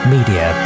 Media